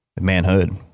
Manhood